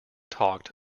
talked